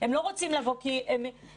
הם לא רוצים לבוא כי --- קטי,